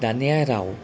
दानिया राव